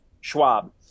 Schwab